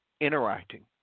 interacting